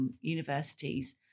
universities